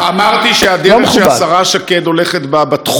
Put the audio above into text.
אמרתי שהדרך שהשרה שקד הולכת בה בתחום